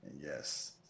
yes